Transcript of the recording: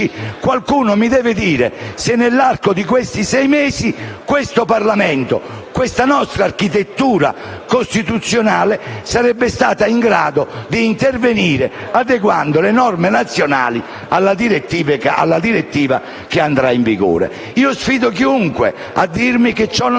qualcuno mi deve dire se, nell'arco di questi sei mesi, questa nostra architettura costituzionale, sarebbe stata in grado di intervenire adeguando le norme nazionali alla suddetta direttiva. Io sfido chiunque a dirmi che ciò non